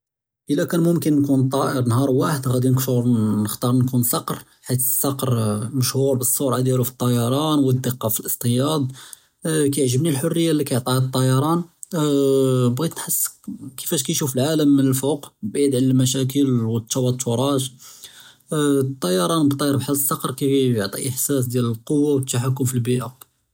אִלָּא כַּאן מֻמְכִּן נְכוּן טָאֶאר נְהַאר וָאחֵד גַ'אדִי כַּשְׁעוּל נְחְ'תַאר נְכוּן צַקְר, בְּחִית אֶלְצַּקְר מַשְׁהוּר בִּאֶלְסֻרְעָה דִּיַאלוּ פֶּאלְטַיָּארַאן וְאֶלְדִּקָּה פֶּאלְאִצְטִיַאד, אַאה כַּיְעְ'זְ'בְּנִי אֶלְחְרִיַּה לִי כַּיְעְטִיהָ אֶטְּיָארַאן, אַאה אַאה, בְּעְגִ'ית נְחַס כִּיפַאש כַּיְשוּף אֶלְעָאלֶם מִן לְפוּק בְּעִיד עַלָּא אֶלְמַשָאכִל וְאֶתְּתוּתֻרַאת, אַאה אַאה, אֶטְּיָארַאן בְּחָאל אֶלְצַּקְר כַּיְעְטִי אִחְסַאס דִּיַאל אֶלְקֻוָּה וְאֶתְּחַכֻּם פֶּאלְבִּיַאעָה.